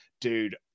Dude